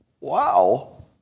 Wow